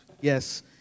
Yes